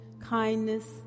kindness